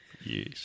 Yes